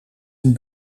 een